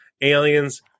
aliens